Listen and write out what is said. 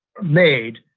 made